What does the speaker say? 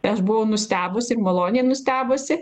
tai aš buvau nustebusi ir maloniai nustebusi